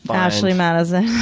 ashley madison